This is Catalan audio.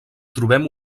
trobem